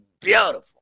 beautiful